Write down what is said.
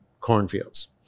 cornfields